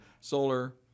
solar